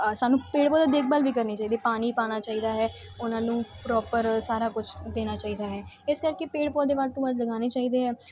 ਸਾਨੂੰ ਪੇੜ ਪੌਦਿਆਂ ਦੇਖਭਾਲ ਵੀ ਕਰਨੀ ਚਾਹੀਦੀ ਹੈ ਪਾਣੀ ਪਾਉਣਾ ਚਾਹੀਦਾ ਹੈ ਉਹਨਾਂ ਨੂੰ ਪ੍ਰੋਪਰ ਸਾਰਾ ਕੁਛ ਦੇਣਾ ਚਾਹੀਦਾ ਹੈ ਇਸ ਕਰਕੇ ਪੇੜ ਪੌਦੇ ਵੱਧ ਤੋਂ ਵੱਧ ਲਗਾਉਣੇ ਚਾਹੀਦੇ ਹੈ